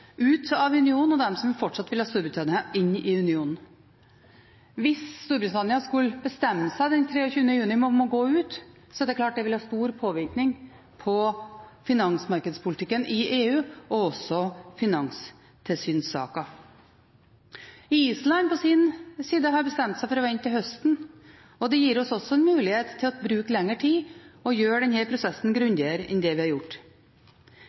ut av unionen, og dem som fortsatt vil ha Storbritannia i unionen. Hvis Storbritannia den 23. juni skulle bestemme seg for å gå ut, er det klart at det vil ha stor påvirkning på finansmarkedspolitikken i EU, og også på finanstilsynssaker. Island på sin side har bestemt seg for å vente til høsten, og det gir oss også en mulighet til å bruke lengre tid og gjøre denne prosessen grundigere enn det vi har gjort.